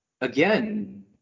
again